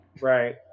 Right